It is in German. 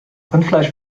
rindfleisch